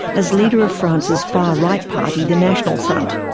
as leader of france's far-right party, the national front.